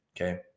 Okay